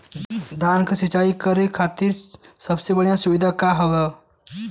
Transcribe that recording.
धान क सिंचाई खातिर सबसे बढ़ियां सुविधा का हवे?